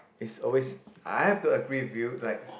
is always I have to agree with you like